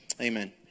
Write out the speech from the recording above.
Amen